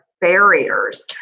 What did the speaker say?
barriers